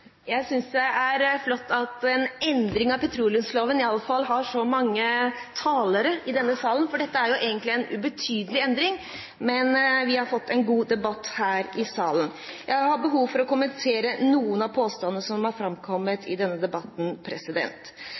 Jeg synes det er flott at det ved en endring av petroleumsloven i alle fall er så mange talere her i denne salen, for dette er egentlig en ubetydelig endring, men vi har fått en god debatt. Jeg har behov for å kommentere noen av påstandene som er framkommet i denne debatten.